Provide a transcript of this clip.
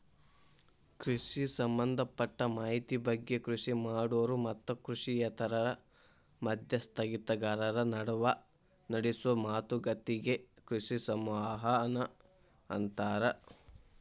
ಕೃಷಿ ಸಂಭದಪಟ್ಟ ಮಾಹಿತಿ ಬಗ್ಗೆ ಕೃಷಿ ಮಾಡೋರು ಮತ್ತು ಕೃಷಿಯೇತರ ಮಧ್ಯಸ್ಥಗಾರರ ನಡುವ ನಡೆಸೋ ಮಾತುಕತಿಗೆ ಕೃಷಿ ಸಂವಹನ ಅಂತಾರ